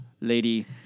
lady